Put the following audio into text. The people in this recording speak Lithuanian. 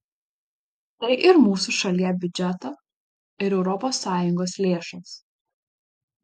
tai ir mūsų šalie biudžeto ir europos sąjungos lėšos